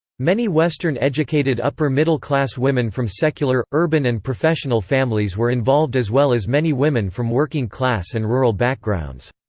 many western educated upper-middle class women from secular, urban and professional families were involved as well as many women from working-class and rural backgrounds.